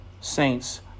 saints